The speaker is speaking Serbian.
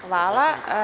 Hvala.